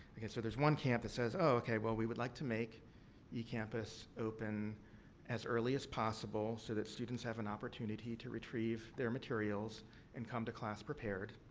okay. so, there's one camp that says, okay. well, we would like to make ecampus open as early as possible, so that students have an opportunity to retrieve their materials and come to class prepared.